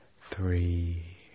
three